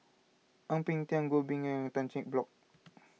Ang Peng Tiam Goh Bin and Tan Cheng Bock